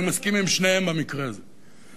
אני מסכים עם שניהם במקרה הזה.